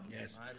Yes